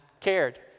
cared